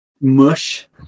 mush